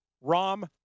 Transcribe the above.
rom